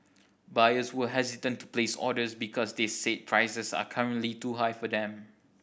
buyers were hesitant to place orders because they said prices are currently too high for them